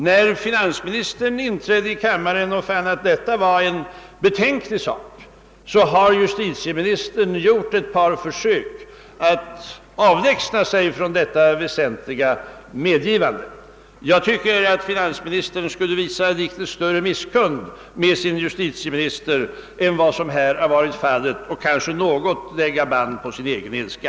Sedan finansministern inträtt här i kammaren och funnit, att yttrandet var betänkligt, har justitieministern gjort ett par försök att avlägsna sig från detta väsentliga medgivande. Jag tycker att finansministern skulle visa litet större misskund med sin kollega justitieministern och kanske lägga litet band på sin ilska.